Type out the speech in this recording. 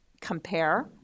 compare